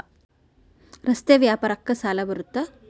ರಸ್ತೆ ವ್ಯಾಪಾರಕ್ಕ ಸಾಲ ಬರುತ್ತಾ?